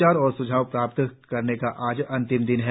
विचार और सुझाव प्राप्त करने का आज अंतिम दिन है